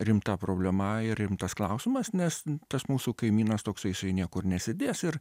rimta problema ir rimtas klausimas nes tas mūsų kaimynas toks jisai niekur nesidės ir